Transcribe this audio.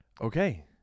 Okay